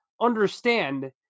understand